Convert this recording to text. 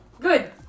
Good